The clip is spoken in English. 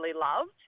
loved